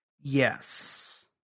Yes